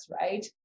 right